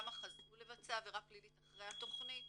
כמה חזרו לבצע עבירה פלילית אחרי התכנית?